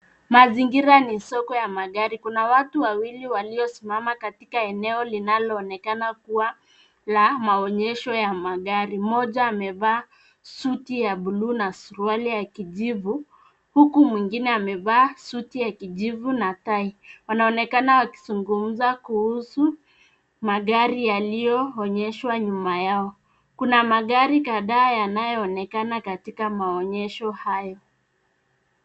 Mazingira ni soko ya magari. Kuna watu wawili waliosimama katika eneo linaloonekana kuwa la maonyesho ya magari. Mmoja amevaa suti ya buluu na suruali ya kijivu, huku mwingine amevaa suti ya kijivu na tie . Wanaonekana wakizungumza kuhusu magari yaliyoonyeshwa nyuma yao. Kuna magari kadhaa yanayoonekana katika maonyesho hayo.